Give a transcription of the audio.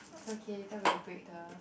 so can you tell the break the